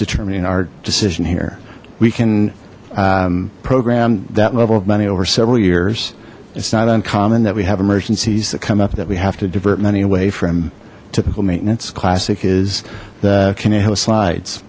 determining our decision here we can program that level of money over several years it's not uncommon that we have emergencies that come up that we have to divert money away from typical maintenance classic is the c